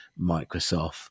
Microsoft